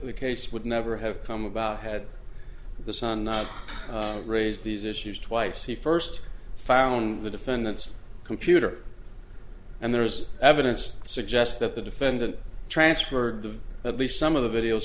or the case would never have come about had the son not raised these issues twice he first found the defendant's computer and there's evidence to suggest that the defendant transferred to at least some of the videos